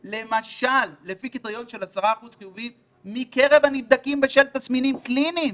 למשל: לפי קריטריון של 10% חיוביים מקרב הנבדקים בשל תסמינים קליניים,